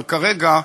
אבל כרגע,